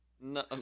no